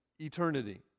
eternity